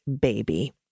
baby